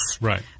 Right